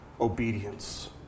Obedience